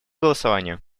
голосования